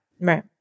Right